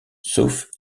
sauf